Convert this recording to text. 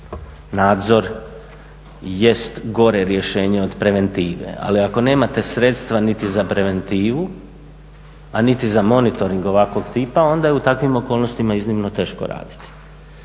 nadzor jest gore rješenje od preventive, ali ako nemate sredstva niti za preventivu, a niti za monitoring ovakvog tipa onda je u takvim okolnostima iznimno teško raditi.